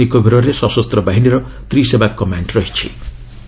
ଆଶ୍ଡାମାନ ଓ ନିକୋବରରେ ସଶସ୍ତ ବାହିନୀର ତ୍ରି ସେବା କମାଣ୍ଡ୍ ରହିଛି